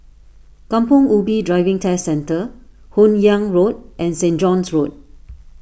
Kampong Ubi Driving Test Centre Hun Yeang Road and Saint John's Road